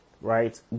right